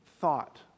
thought